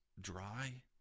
dry